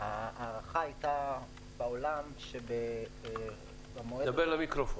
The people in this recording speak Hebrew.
ההערכה בעולם הייתה שבמועד הזה,